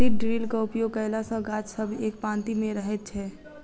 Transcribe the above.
seed ड्रिलक उपयोग कयला सॅ गाछ सब एक पाँती मे रहैत छै